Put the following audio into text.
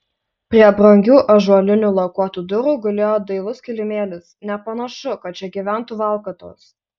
prie brangių ąžuolinių lakuotų durų gulėjo dailus kilimėlis nepanašu kad čia gyventų valkatos